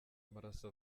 amaraso